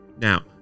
Now